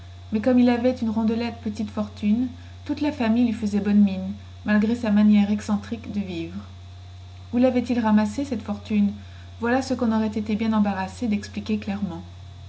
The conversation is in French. mais comme il avait une rondelette petite fortune toute la famille lui faisait bonne mine malgré sa manière excentrique de vivre où lavait il ramassée cette fortune voilà ce quon aurait été bien embarrassé dexpliquer clairement